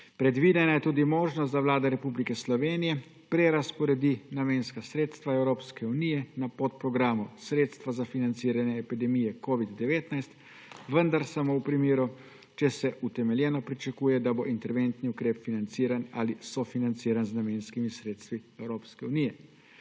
Predvidena je tudi možnost, da Vlada Republike Slovenije prerazporedi namenska sredstva Evropske unije na podprogramu Sredstva za financiranje epidemije COVID-19, vendar samo če se utemeljeno pričakuje, da bo interventni ukrep financiran ali sofinanciran z namenskimi sredstvi Evropske unije.